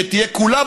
שתהיה כולה,